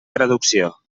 traducció